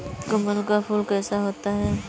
कमल का फूल कैसा होता है?